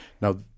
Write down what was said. Now